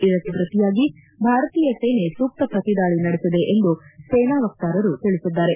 ಇದಕ್ಕೆ ಪ್ರತಿಯಾಗಿ ಭಾರತೀಯ ಸೇನೆ ಸೂಕ್ತ ಪ್ರತಿದಾಳಿ ನಡೆಸಿದೆ ಎಂದು ಸೇನಾ ವಕ್ತಾರರು ತಿಳಿಸಿದ್ದಾರೆ